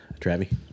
Travi